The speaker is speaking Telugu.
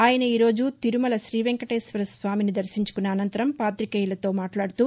ఆయన ఈ రోజు తిరుమల శ్రీ వెంకటేశ్వర స్వామిని దర్శించుకున్న అనంతరం పాతికేయులతో మాట్లాడుతూ